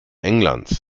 englands